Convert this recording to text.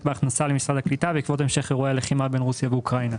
בהכנסה למשרד הקליטה בעקבות המשך אירועי הלחימה בין רוסיה ואוקראינה.